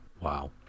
wow